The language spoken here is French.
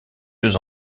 deux